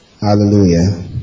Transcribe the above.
hallelujah